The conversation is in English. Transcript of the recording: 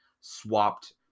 swapped